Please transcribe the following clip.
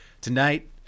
tonight